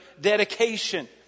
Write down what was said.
dedication